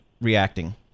reacting